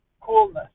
Coolness